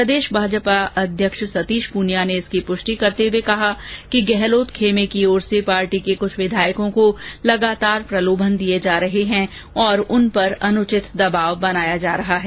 प्रदेश भाजपा अध्यक्ष सतीश पूनिया ने इसकी पुष्टि करते हुए कहा कि गहलोत खेमे की ओर से पार्टी के कुछ विधायकों को लगातार प्रलोभन दिए जा रहे हैं और उने पर अनुचित दवाब बनाया जा रहा है